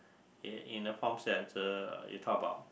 in in the forms that the you talk about